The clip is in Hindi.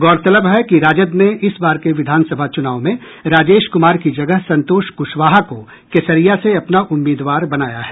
गौरतलब है कि राजद ने इस बार के विधानसभा चुनाव में राजेश कुमार की जगह संतोष कुशवाहा को केसरिया से अपना उम्मीदवार बनाया है